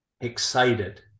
excited